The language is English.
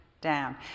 down